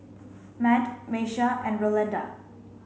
Matt Miesha and Rolanda